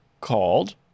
called